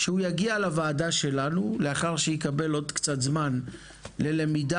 שהוא יגיע לוועדה שלנו לאחר שיקבל עוד מעט זמן ללמידה